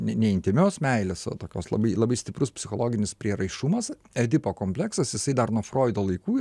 ne ne intymios meilės o tokios labai labai stiprus psichologinis prieraišumas edipo kompleksas jisai dar nuo froido laikų yra